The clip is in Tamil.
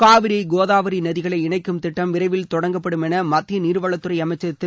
காவிரி கோதாவரி நதிகளை இணைக்கும் திட்டம் விரைவில் தொடங்கப்படும் என மத்திய நீர்வளத்துறை அமைச்சர் திரு